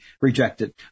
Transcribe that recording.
rejected